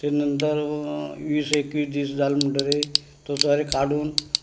तेज नंतर वीस एकवीस दीस जाल म्हणटरी तो सोरे काडून